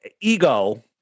ego